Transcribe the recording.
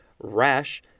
Rash